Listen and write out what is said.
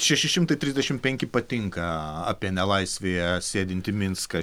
šeši šimtai trisdešim penki patinka apie nelaisvėje sėdintį minską